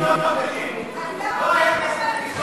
אז למה פגעתם בפנסיות?